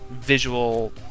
visual